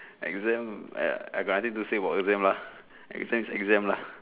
exam uh I got nothing to say about exam lah exam is exam lah